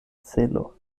celo